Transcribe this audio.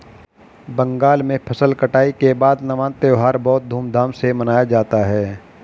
बंगाल में फसल कटाई के बाद नवान्न त्यौहार बहुत धूमधाम से मनाया जाता है